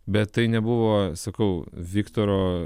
bet tai nebuvo sakau viktoro